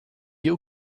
you